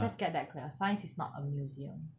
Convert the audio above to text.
let's get that clear science is not a museum